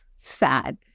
sad